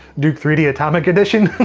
duke three d atomic edition.